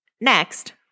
next